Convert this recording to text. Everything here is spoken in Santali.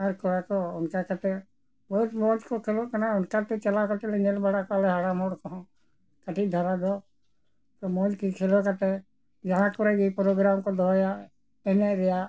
ᱟᱨ ᱠᱚᱲᱟ ᱠᱚ ᱚᱱᱠᱟ ᱠᱟᱛᱮ ᱢᱚᱡᱽ ᱢᱚᱡᱽ ᱠᱚ ᱠᱷᱮᱞᱳᱜ ᱠᱟᱱᱟ ᱚᱱᱠᱟᱛᱮ ᱪᱟᱞᱟᱣ ᱠᱟᱛᱮ ᱞᱮ ᱧᱮᱞ ᱵᱟᱲᱟ ᱠᱚᱣᱟᱞᱮ ᱦᱟᱲᱟᱢ ᱦᱚᱲ ᱠᱚᱦᱚᱸ ᱠᱟᱹᱴᱤᱡ ᱫᱷᱟᱨᱟ ᱫᱚ ᱢᱚᱡᱽ ᱜᱮ ᱠᱷᱮᱞᱚᱰ ᱠᱟᱛᱮ ᱡᱟᱦᱟᱸ ᱠᱚᱨᱮ ᱜᱮ ᱯᱨᱳᱜᱨᱟᱢ ᱠᱚ ᱫᱚᱦᱚᱭᱟ ᱮᱱᱮᱡ ᱨᱮᱭᱟᱜ